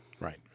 Right